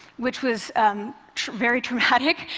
which was very traumatic.